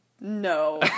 No